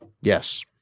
Yes